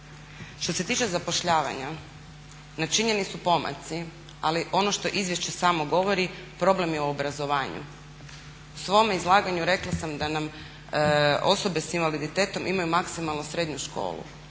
Što se tiče zapošljavanja načinjeni su pomaci, ali ono što izvješće samo govori problem je u obrazovanju. U svome izlaganju rekla sam da nam osobe s invaliditetom imaju maksimalno srednju školu.